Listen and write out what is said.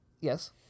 Yes